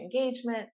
engagement